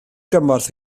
gymorth